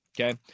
Okay